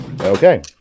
Okay